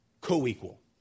co-equal